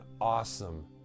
awesome